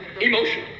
emotion